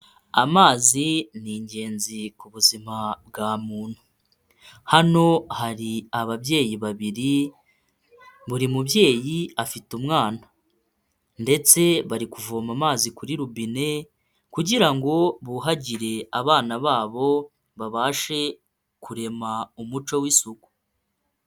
Amazi ni ingenzi ku buzima bwa muntu hano hari ababyeyi babiri, buri mubyeyi afite umwana ndetse bari kuvoma amazi kuri rubine kugira ngo buhagire abana babo babashe kurema umuco w'isuku.